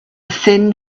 thin